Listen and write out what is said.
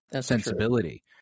sensibility